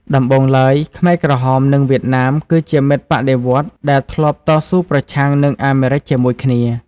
ដំបូងឡើយ ខ្មែរក្រហម និងវៀតណាមគឺជាមិត្តបដិវត្តន៍ដែលធ្លាប់តស៊ូប្រឆាំងនឹងអាមេរិកជាមួយគ្នា។